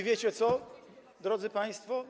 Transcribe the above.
Wiecie co, drodzy państwo?